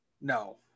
No